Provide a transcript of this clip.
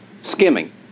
skimming